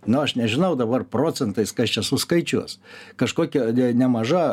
no aš nežinau dabar procentais kas čia suskaičiuos kažkokia nemaža